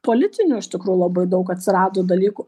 politinių iš tikrųjų labai daug atsirado dalykų